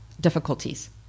difficulties